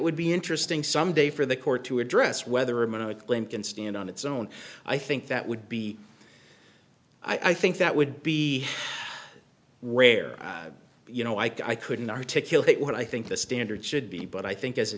would be interesting someday for the court to address whether a minute claim can stand on its own i think that would be i think that would be rare you know i couldn't articulate what i think the standard should be but i think as a